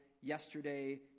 yesterday